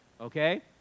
okay